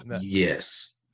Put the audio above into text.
Yes